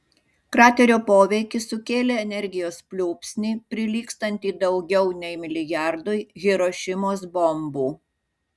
kraterio poveikis sukėlė energijos pliūpsnį prilygstantį daugiau nei milijardui hirošimos bombų